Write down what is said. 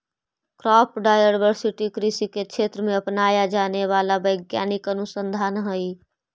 crop diversity कृषि के क्षेत्र में अपनाया जाने वाला वैज्ञानिक अनुसंधान हई